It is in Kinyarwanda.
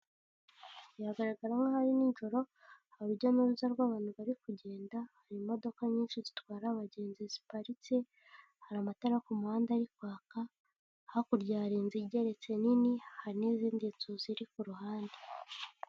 Yagaragara nk' aho ari nijoro hari urujya n'uruza rw'abantu bari kugenda hari imodoka nyinshi zitwara abagenzi ziparitse, hari amatara ku muhanda ari kwaka, hakurya harinzegeretse nini, hari n'izindi nzu ziri ku ruhande.